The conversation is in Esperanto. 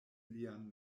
lian